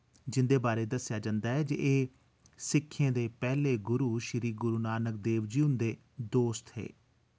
जिं'दे बारै दस्सेआ जंदा ऐ जे एह् सिक्खें दे पैह्ले गुरु श्री गुरु नानक देव जी हुंदे दोस्त हे